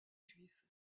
juifs